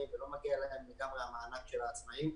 ולא מגיע להם לגמרי המענק של העצמאים.